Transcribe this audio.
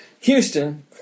Houston